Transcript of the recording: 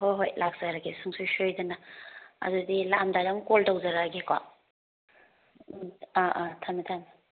ꯍꯣꯏ ꯍꯣꯏ ꯂꯥꯛꯆꯔꯒꯦ ꯁꯨꯡꯁꯣꯏ ꯁꯣꯏꯗꯅ ꯑꯗꯨꯗꯤ ꯂꯥꯛꯂꯝꯗꯥꯏꯗ ꯑꯃꯨꯛ ꯀꯣꯜ ꯇꯧꯖꯔꯛꯂꯒꯦꯀꯣ ꯎꯝ ꯑꯥ ꯑꯥ ꯊꯝꯃꯦ ꯊꯝꯃꯦ